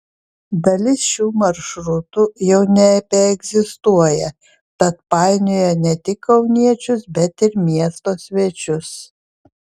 dalis šių maršrutų jau nebeegzistuoja tad painioja ne tik kauniečius bet ir miesto svečius